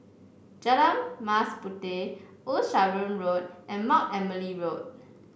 Jalan Mas Puteh Old Sarum Road and Mount Emily Road